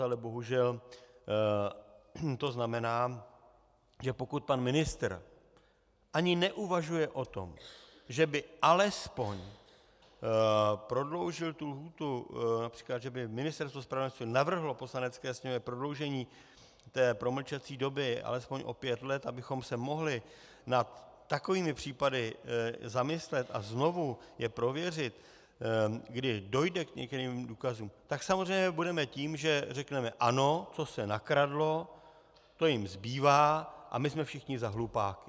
Ale bohužel to znamená, že pokud pan ministr ani neuvažuje o tom, že by alespoň prodloužil tu lhůtu, že by Ministerstvo spravedlnosti navrhlo Poslanecké sněmovně prodloužení té promlčecí doby alespoň o pět let, abychom se mohli nad takovými případy zamyslet a znovu je prověřit, kdy dojde k některým důkazům, tak samozřejmě budeme tím, že řekneme ano, to se nakradlo, to jim zbývá, a my jsme všichni za hlupáky.